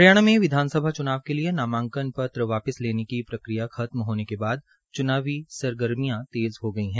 हरियाणा में विधानसभा चुनाव के लिए नामांकन पत्र वापिस लेने की प्रक्रिया खत्म होने के बाद च्नावी सरगर्मिया तेज़ हो गई है